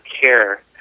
care